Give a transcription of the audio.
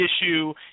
issue